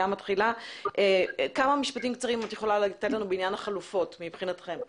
כמה משפטים קצרים בעניין החלופות, בבקשה.